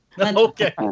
Okay